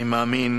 אני מאמין